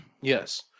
yes